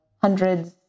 hundreds